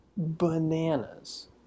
bananas